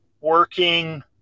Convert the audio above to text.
working